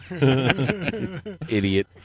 idiot